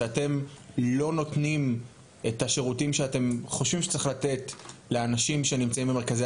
שאתם לא נותנים את השירותים שאתם חושבים שצריך לתת לאנשים שנמצאים במרכזי